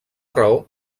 raó